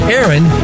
Aaron